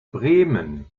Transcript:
bremen